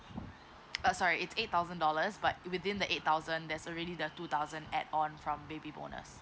uh sorry it's eight thousand dollars but within the eight thousand there's already the two thousand add on from baby bonus